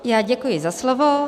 Já děkuji za slovo.